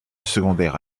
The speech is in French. secondaire